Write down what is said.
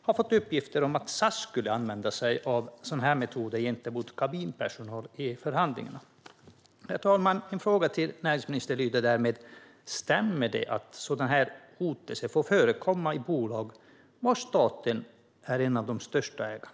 Jag har fått uppgifter om att SAS skulle använda sig av sådana metoder gentemot kabinpersonal i förhandlingarna. Herr talman! Min fråga till näringsministern lyder: Stämmer det att sådana hot får förekomma i bolag där staten är en av de största ägarna?